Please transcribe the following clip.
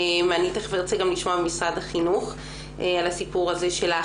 אני תיכף ארצה לשמוע גם ממשרד החינוך על האכיפה.